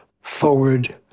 forward